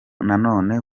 nanone